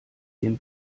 den